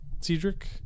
Cedric